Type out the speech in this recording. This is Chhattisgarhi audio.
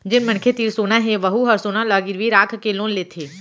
जेन मनखे तीर सोना हे वहूँ ह सोना ल गिरवी राखके लोन लेथे